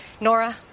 Nora